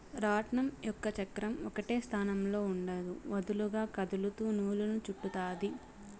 రాట్నం యొక్క చక్రం ఒకటే స్థానంలో ఉండదు, వదులుగా కదులుతూ నూలును చుట్టుతాది